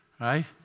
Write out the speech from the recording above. right